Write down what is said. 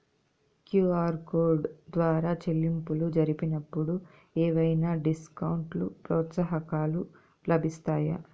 QR code ద్వారా చెల్లింపులు జరిగినప్పుడు ఏవైనా డిస్కౌంట్ లు, ప్రోత్సాహకాలు లభిస్తాయా?